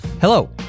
Hello